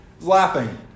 laughing